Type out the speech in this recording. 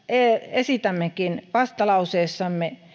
esitämmekin vastalauseessamme